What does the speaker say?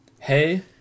Hey